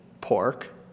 pork